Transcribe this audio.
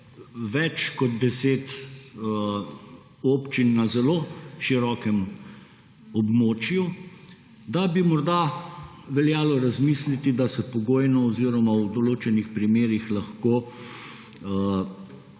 več kot 10 občin na zelo širokem obočju, da bi morda veljalo razmisliti, da se pogojno oziroma v določenih primerih lahko